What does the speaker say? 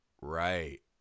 Right